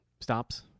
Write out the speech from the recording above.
stops